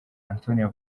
antonio